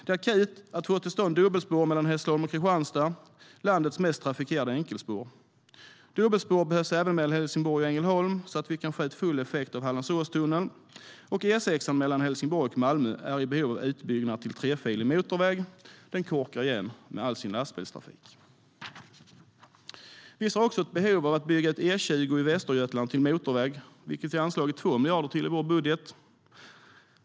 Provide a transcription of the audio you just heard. Det är akut att få till stånd dubbelspår mellan Hässleholm och Kristianstad, landets mest trafikerade enkelspår. Dubbelspår behövs även mellan Helsingborg och Ängelholm, så att vi kan få ut full effekt av Hallandsåstunneln. Den korkar igen med all lastbilstrafik. Vi ser ett behov av att bygga ut E20 i Västergötland till motorväg, vilket vi anslagit 2 miljarder till i vår budget.